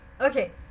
okay